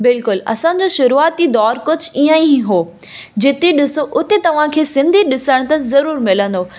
बिल्कुलु असांजो शुरूआती दौरु कुझु ईअं ई हो जिते ॾिस उते तव्हांखे सिंधी ॾिसण त ज़रूर मिलंदो